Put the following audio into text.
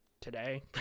today